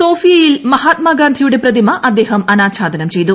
സോഫിയയിൽ മഹാത്മാഗാന്ധിയുടെ പ്രതിമ അദ്ദേഹം അനാച്ഛാദനം ചെയ്തു